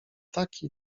taki